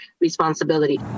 responsibility